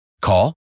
Call